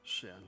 sin